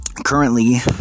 currently